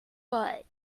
but